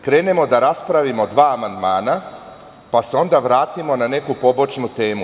Krenemo da raspravimo dva amandmana, pa se onda vratimo na neku pobočnu temu.